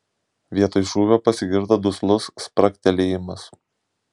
vietoj šūvio pasigirdo duslus spragtelėjimas